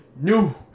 new